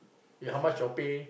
eh how much your pay